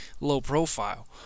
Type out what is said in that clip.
low-profile